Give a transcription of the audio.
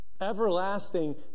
Everlasting